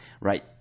right